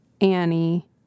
Annie